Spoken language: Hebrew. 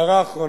הערה אחרונה.